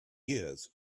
years